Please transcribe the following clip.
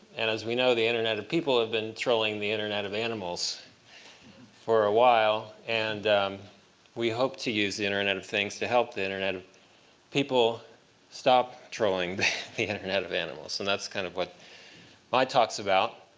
and as we know, the internet of people have been trolling the internet of animals for awhile, and we hope to use the internet of things to help the internet of people stop trolling the internet of animals. so and that's kind of what my talk's about.